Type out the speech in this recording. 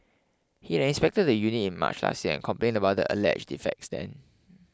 he had inspected the unit in March last year and complain about the alleged defects then